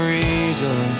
reason